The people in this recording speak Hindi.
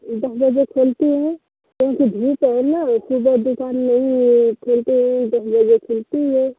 दस बजे खुलती है क्योंकि धूप है ना सुबह दुकान नहीं खोलते दस बजे खुलती है